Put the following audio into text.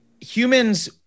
Humans